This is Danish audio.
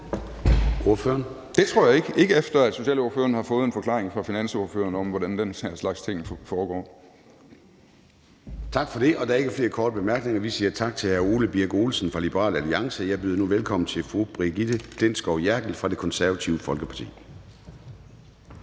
Det tror jeg ikke – ikke efter at socialordføreren har fået en forklaring fra finansordføreren om, hvordan den slags ting foregår. Kl. 12:35 Formanden (Søren Gade): Tak for det. Der er ikke flere korte bemærkninger. Vi siger tak til hr. Ole Birk Olesen fra Liberal Alliance. Jeg byder nu velkommen til fru Brigitte Klintskov Jerkel fra Det Konservative Folkeparti.